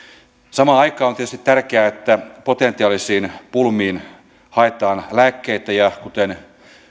samaan aikaan on tietysti tärkeää että potentiaalisiin pulmiin haetaan lääkkeitä ja kuten